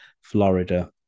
Florida